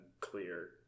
clear